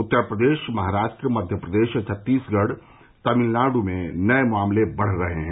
उत्तर प्रदेश महाराष्ट्र मध्यप्रदेश छत्तीसगढ और तमिलनाड़ में नये मामले बढ रहे हैं